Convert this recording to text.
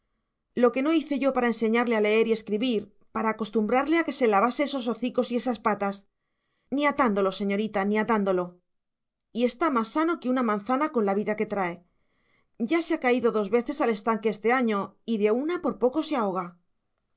lo que no hice yo para enseñarle a leer y escribir para acostumbrarle a que se lavase esos hocicos y esas patas ni atándolo señorita ni atándolo y está más sano que una manzana con la vida que trae ya se ha caído dos veces al estanque este año y de una por poco se ahoga